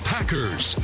Packers